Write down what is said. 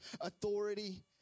authority